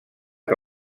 que